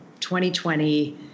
2020